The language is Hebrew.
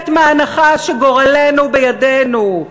לצאת מההנחה שגורלנו בידינו,